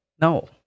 no